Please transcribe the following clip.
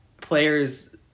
players